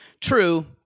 True